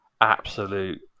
absolute